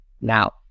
Now